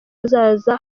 hazaza